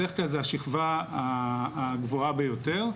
בדרך כלל זה השכבה הגבוהה ביותר.